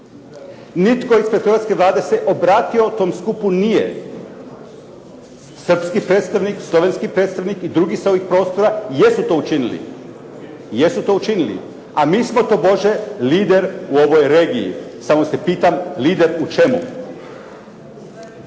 Nitko ispred hrvatske Vlade se obratio tom skupu nije. Srpski predstavnik, slovenski predstavnik i drugi s ovih prostora jesu to učinili, a mi smo tobože lider u ovoj regiji. Samo se pitam lider u čemu? Slažem